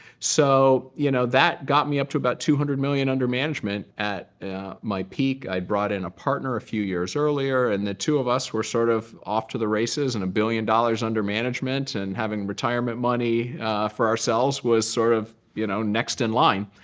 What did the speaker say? so you know that got me up to about two hundred million dollars under management. at my peak, i brought in a partner a few years earlier. and the two of us were sort of off to the races and one billion dollars under management. and having retirement money for ourselves was sort of you know next in line.